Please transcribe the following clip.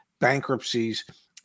bankruptcies